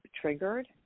triggered